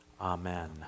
Amen